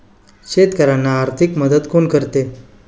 शेतकऱ्यांना आर्थिक मदत कोण करते?